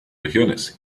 regiones